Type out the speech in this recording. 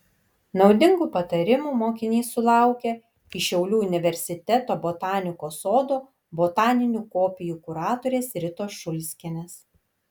naudingų patarimų mokinys sulaukia iš šiaulių universiteto botanikos sodo botaninių kopijų kuratorės ritos šulskienės